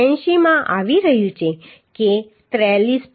86 માં આવી રહ્યું છે કે 43